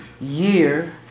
year